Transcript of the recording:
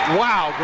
wow